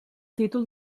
títol